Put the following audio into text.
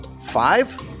five